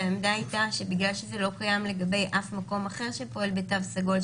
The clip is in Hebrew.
והעמדה הייתה שבגלל שזה לא קיים לגבי אף מקום אחר שפועל בתו סגול,